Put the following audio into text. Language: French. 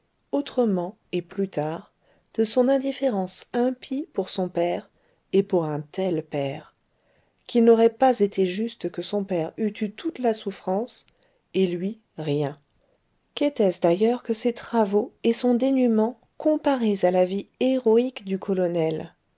autrement et plus tard de son indifférence impie pour son père et pour un tel père qu'il n'aurait pas été juste que son père eût eu toute la souffrance et lui rien qu'était-ce d'ailleurs que ses travaux et son dénûment comparés à la vie héroïque du colonel